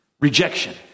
rejection